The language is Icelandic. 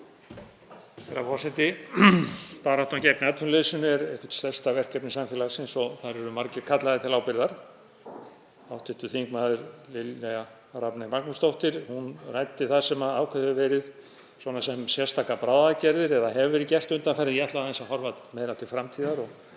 Herra forseti. Baráttan gegn atvinnuleysinu er eitthvert stærsta verkefni samfélagsins og þar eru margir kallaðir til ábyrgðar. Hv. þm. Lilja Rafney Magnúsdóttir ræddi það sem ákveðið hefur verið sem sérstakar bráðaaðgerðir eða hefur verið gert undanfarið en ég ætla aðeins að horfa meira til framtíðar og